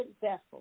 vessel